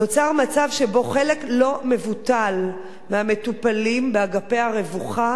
נוצר מצב שבו חלק לא מבוטל מהמטופלים באגפי הרווחה